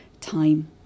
time